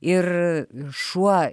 ir šuo